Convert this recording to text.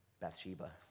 Bathsheba